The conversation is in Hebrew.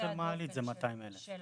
אני לא